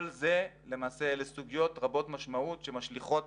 למעשה אלה סוגיות רבות-משמעות שמשליכות